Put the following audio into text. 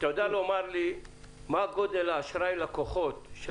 אתה יודע לומר לי מה הגודל אשראי לקוחות של